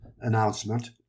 announcement